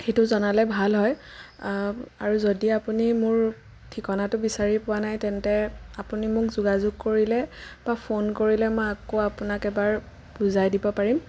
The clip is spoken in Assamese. সেইটো জনালে ভাল হয় আৰু যদি আপুনি মোৰ ঠিকনাটো বিচাৰি পোৱা নাই তেন্তে আপুনি মোক যোগাযোগ কৰিলে বা ফোন কৰিলে মই আকৌ আপোনাক এবাৰ বুজাই দিব পাৰিম